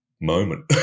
moment